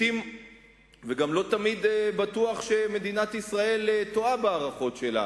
וגם לא תמיד בטוח שמדינת ישראל טועה בהערכות שלה.